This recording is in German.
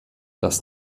das